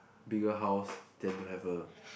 bigger house then to have a